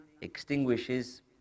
extinguishes